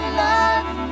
love